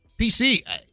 PC